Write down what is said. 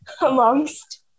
amongst